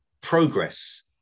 progress